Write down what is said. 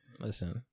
listen